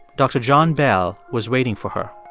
dr. john bell was waiting for her.